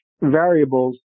variables